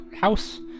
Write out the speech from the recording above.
house